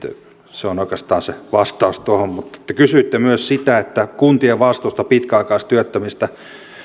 se on oikeastaan se vastaus tuohon kysyitte myös kuntien vastuusta pitkäaikaistyöttömistä